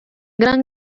gran